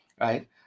right